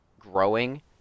growing